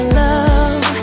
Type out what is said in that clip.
love